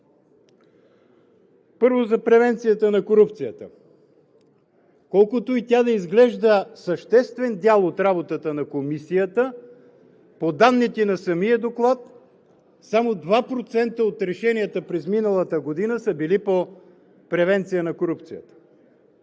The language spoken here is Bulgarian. Първо, за превенцията на корупцията. Колкото и да изглежда съществен дял от работата на Комисията, по данните на самия доклад, само 2% от решенията през миналата година са били по превенция на корупцията.